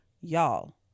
Y'all